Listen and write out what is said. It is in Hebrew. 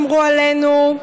אמרו עלינו,